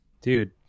Dude